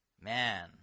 man